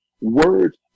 Words